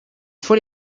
faut